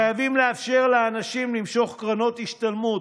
חייבים לאפשר לאנשים למשוך קרנות השתלמות.